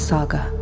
Saga